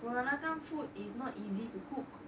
peranakan food is not easy to cook